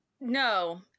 No